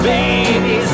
Baby